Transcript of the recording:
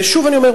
ושוב אני אומר,